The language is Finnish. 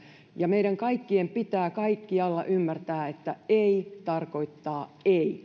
ja meidän kaikkien pitää kaikkialla ymmärtää että ei tarkoittaa ei